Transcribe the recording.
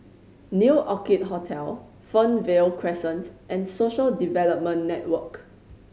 New Orchid Hotel Fernvale Crescent and Social Development Network